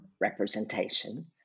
representation